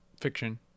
fiction